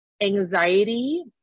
anxiety